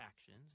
actions